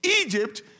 Egypt